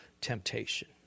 temptation